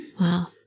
Wow